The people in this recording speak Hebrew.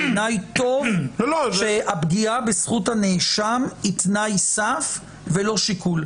בעיניי טוב שהפגיעה בזכות הנאשם היא תנאי סף ולא שיקול.